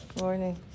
morning